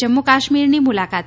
જમ્મુ કાશ્મીરની મુલાકાતે